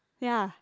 ya